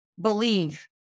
believe